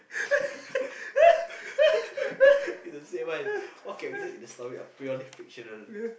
it's the same one all characters in the story are purely fictional